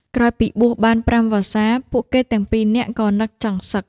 ក្រោយពីបួសបានប្រាំវស្សា ពួកគេទាំងពីរនាក់ក៏នឹកចង់សឹក។